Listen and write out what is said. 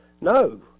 No